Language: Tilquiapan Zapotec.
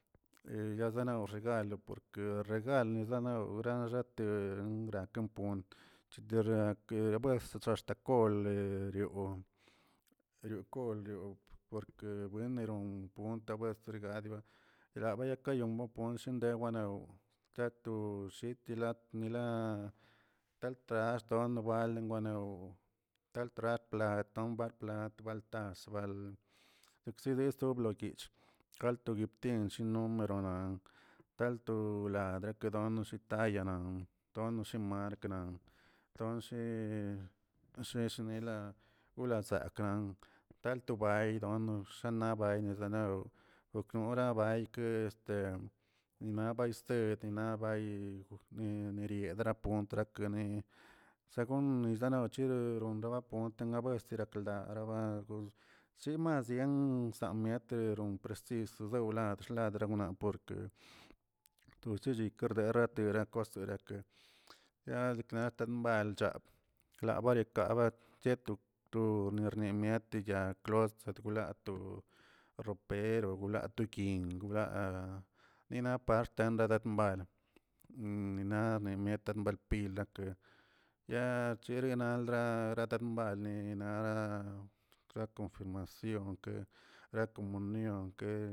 gayzenalzoxga lo porke regalniza gaxate graka punt chetxake buen chezaxta kol de rionr eriokonlio porke buen kon pontega skriban lava kayegom gonshedew ganaw ka to shit mila dila taltxaxt zinowa lenguanew talpra plat nombra plat tas bal dekze sto lobligch kald toyibtingch numerona talto ladrekono shikatay tono shi mark nan ton shil toshi shnila chzakan tal tubay wano xanaba nezanaw nanora baykə este naꞌ bay sted na' bay neriedra pontrakabida segunmi nano cheguiw loba punt deuna vez atoldaa ralaba simas zien nasia metieron presis zosdaw ladrxnabdawrnab toshizdi dekarnara gran kos yirakə ya yekna tembay chap labary kabay cheto to tornimiete yaklos yegdulach ropero to gyinꞌ dina paxt par tenden nina ninieta par pila yaa cheniraldra rataranumbaldni ninara gra confirmación ke ra komunion.